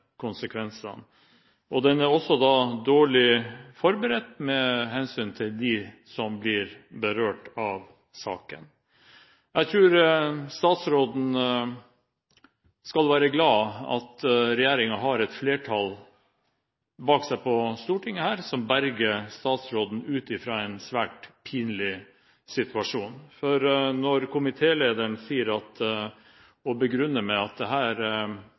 konsekvensene. Den er også dårlig forberedt med hensyn til dem som blir berørt av saken. Jeg tror statsråden skal være glad for at regjeringen har et flertall bak seg her på Stortinget, som berger statsråden ut av en svært pinlig situasjon. Når komitélederen begrunner dette med at